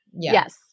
Yes